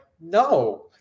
no